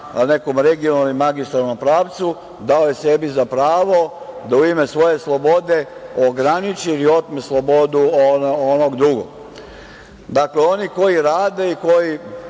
nekom regionalnom i magistralnom pravcu, dao je sebi za pravo da u ime svoje slobode ograniči i otme slobodu onog drugog. Dakle, oni koji rade u ovim